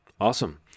Awesome